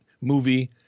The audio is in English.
movie